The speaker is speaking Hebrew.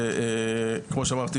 כמו שאמרתי,